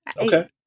Okay